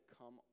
come